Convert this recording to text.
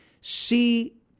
see